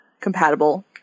compatible